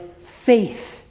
faith